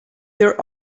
there